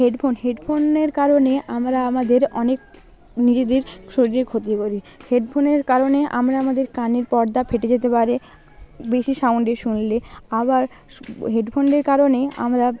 headphone হেডফোনের কারণে আমরা আমাদের অনেক নিজেদের শরীরের ক্ষতি করি হেডফোনের কারণে আমরা আমাদের কানের পর্দা ফেটে যেতে পারে বেশি সাউণ্ডে শুনলে আবার হেডফোনের কারণে আমরা